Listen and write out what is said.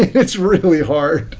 it's really hard.